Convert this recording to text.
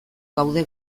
gaude